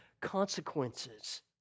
consequences